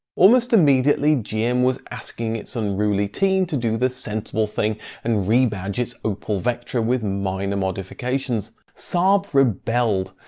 almost immediately gm was asking its unruly teen to do the sensible thing and rebadge its opel vectra with minor modifications. saab rebelled.